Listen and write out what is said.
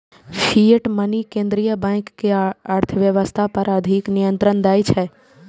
fiat money केंद्रीय bank कें अर्थव्यवस्था पर अधिक नियंत्रण दै छै